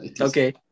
Okay